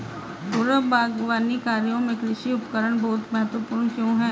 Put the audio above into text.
पूर्व बागवानी कार्यों में कृषि उपकरण बहुत महत्वपूर्ण क्यों है?